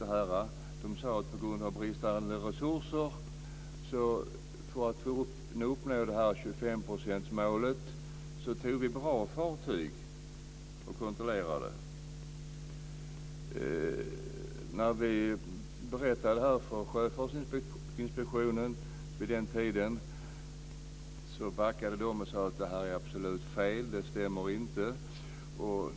De sade att de på grund av bristande resurser kontrollerade bra fartyg för att uppnå 25-procentsmålet. När vi berättade detta för Sjöfartsinspektionen vid den tiden backade de och sade att det var absolut fel. Det stämde inte.